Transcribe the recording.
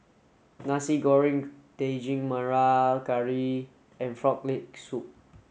Nasi Goreng Daging Merah Curry and frog leg soup